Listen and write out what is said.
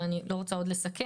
ואני לא רוצה עוד לסכם,